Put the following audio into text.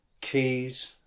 keys